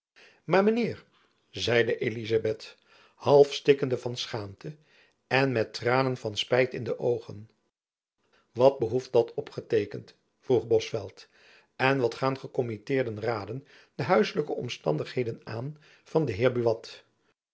maar mijn heer zeide elizabeth half stikkende van schaamte en met tranen van spijt in de oogen wat behoeft dat opgeteekend vroeg bosveldt en wat gaan gekommitteerden raden de huisselijke omstandigheden aan van den